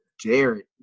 Jared